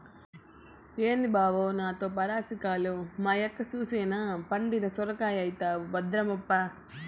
ఏంది బావో నాతో పరాసికాలు, మా యక్క సూసెనా పండిన సొరకాయైతవు భద్రమప్పా